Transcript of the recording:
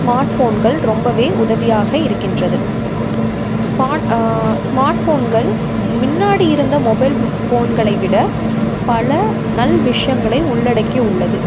smart ஃபோன்கள் ரொம்பவே உதவியாக இருக்கின்றது ஸ்மா ஸ்மார்ட் ஃபோன்கள் முன்னாடி இருந்த மொபைல் ஃபோன்களை விட பல நல்ல விஷயங்களை உள்ளடக்கி உள்ளது